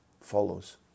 follows